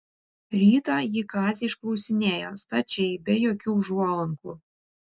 rytą ji kazį išklausinėjo stačiai be jokių užuolankų